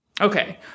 Okay